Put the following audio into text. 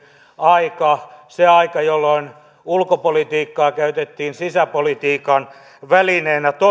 aika se aika jolloin ulkopolitiikkaa käytettiin sisäpolitiikan välineenä